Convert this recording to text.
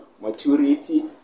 maturity